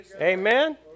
Amen